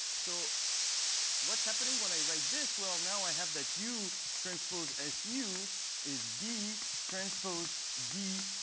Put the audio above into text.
so what's happening when i write this? well, now i have that u transpose su is b transpose db.